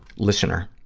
listener,